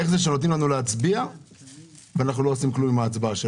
איך זה שנותנים לנו להצביע ואנחנו לא עושים כלום עם ההצבעה?